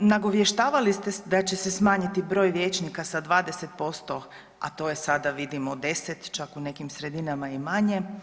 Nagovještavali ste da će se smanjiti broj vijećnika sa 20%, a to je sada vidimo 10 čak u nekim sredinama i manje.